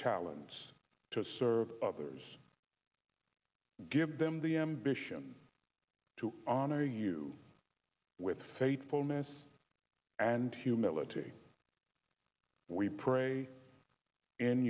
talents to serve others give them the ambition to honor you with faithfulness and humility we pray in